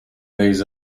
these